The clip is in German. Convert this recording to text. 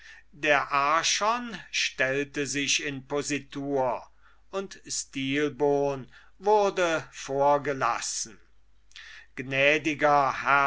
der archon stellte sich in positur und stilbon wurde vorgelassen